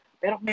pero